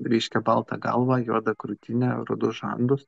ryškią baltą galvą juodą krūtinę rudus žandus